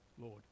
Lord